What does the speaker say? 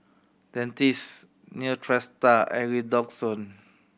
Dentiste Neostrata and Redoxon